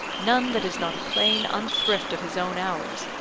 none that is not a plain unthrift of his own hours,